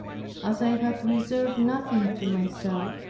as i had reserved nothing to myself.